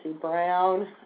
Brown